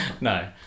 No